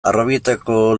harrobietako